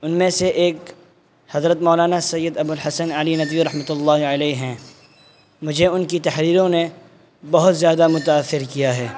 ان میں سے ایک حضرت مولانا سید ابو الحسن علی ندوی رحمۃ اللہ علیہ ہیں مجھے ان کی تحریروں نے بہت زیادہ متاثر کیا ہے